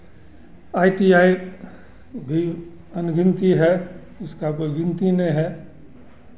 I T I भी अनगिनती है इसका कोई गिनती नहीं है